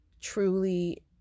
truly